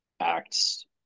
acts